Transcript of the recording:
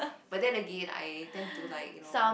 but then I again I tend to like you know